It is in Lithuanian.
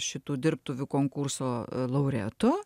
šitų dirbtuvių konkurso laureatu